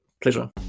pleasure